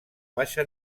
baixa